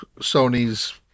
Sony's